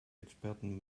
experten